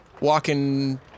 walking